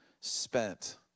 spent